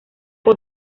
por